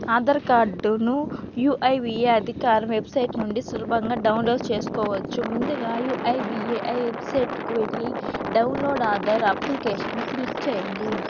ఆధార్ కార్డును U I D A అధికార website నుండి సులభంగా డౌన్లోడ్ చేసుకోవచ్చు ముందుగా U I D A I వెబ్సైట్కు వెళ్ళి డౌన్లోడ్ ఆధార్ అప్లికేషన్ క్లిక్ చేయండి